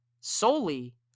solely